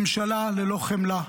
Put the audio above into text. ממשלה ללא חמלה.